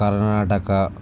Karnataka